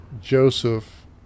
Joseph